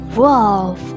wolf